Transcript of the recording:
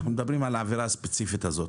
אנחנו מדברים על העבירה הספציפית הזאת.